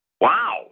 Wow